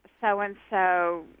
so-and-so